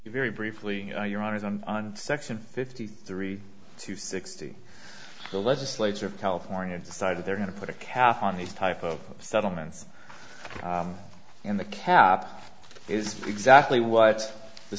you very briefly your honor as i'm on section fifty three to sixty the legislature of california decided they're going to put a cap on these type of settlements in the cap is exactly what the